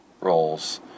roles